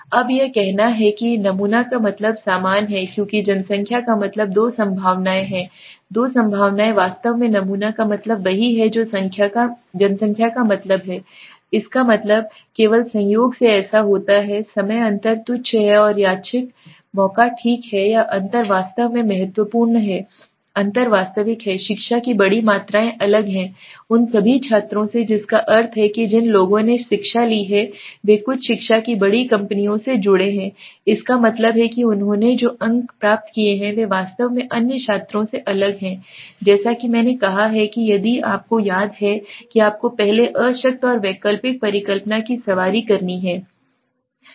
अब यह कहना है कि नमूना का मतलब समान है क्योंकि जनसंख्या का मतलब दो संभावनाएं हैं दो संभावनाएं वास्तव में नमूना का मतलब वही है जो जनसंख्या का मतलब है कि इसका मतलब है केवल संयोग से ऐसा होता है समय अंतर तुच्छ है और यादृच्छिक मौका ठीक है या अंतर वास्तव में महत्वपूर्ण है अंतर वास्तविक है शिक्षा की बड़ी मात्राएं अलग हैं उन सभी छात्रों से जिसका अर्थ है कि जिन लोगों ने शिक्षा ली है वे कुछ शिक्षा की बड़ी कंपनियों से जुड़े हैं इसका मतलब है कि उन्होंने जो अंक प्राप्त किए हैं वे वास्तव में अन्य छात्रों से अलग हैं जैसा कि मैंने कहा है कि यदि आपको याद है कि आपको पहले अशक्त और वैकल्पिक परिकल्पना की सवारी करनी है